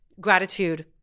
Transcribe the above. gratitude